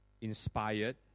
inspired